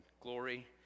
glory